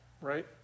Right